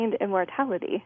immortality